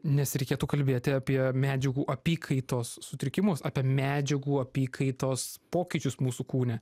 nes reikėtų kalbėti apie medžiagų apykaitos sutrikimus apie medžiagų apykaitos pokyčius mūsų kūne